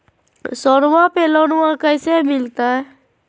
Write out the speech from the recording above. सोनमा पे लोनमा कैसे मिलते?